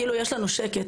כאילו יש לנו שקט,